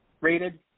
rated